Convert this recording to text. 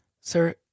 Sir